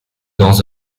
dans